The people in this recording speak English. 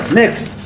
next